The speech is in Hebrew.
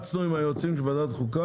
התייעצנו עם היועצים של ועדת חוקה,